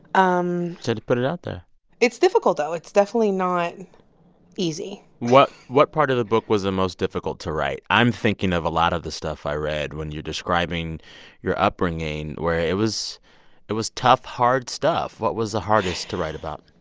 um to to put it out there it's difficult, though. it's definitely not easy what what part of the book was the most difficult to write? i'm thinking of a lot of the stuff i read when you're describing your upbringing, where it was it was tough, hard stuff. what was the hardest to write about?